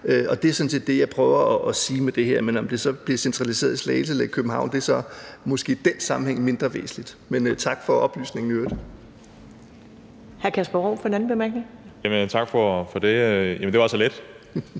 det er sådan set det, jeg prøver at sige med det her. Om det så bliver centreret i Slagelse eller i København, er måske i den her sammenhæng mindre væsentligt. Men tak for oplysningen i øvrigt.